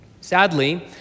Sadly